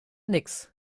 nix